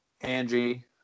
Angie